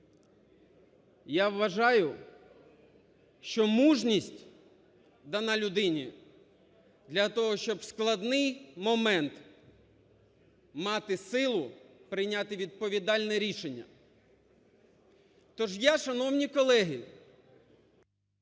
Я вважаю, що мужність дана людині для того, щоб в складний момент мати силу прийняти відповідальне рішення. Тож я, шановні колеги…